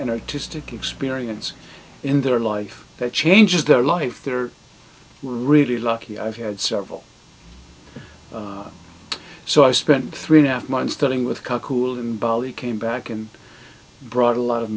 an artistic experience in their life that changes their life they're really lucky i've had several so i spent three and a half months studying with kakul in bali came back and brought a lot of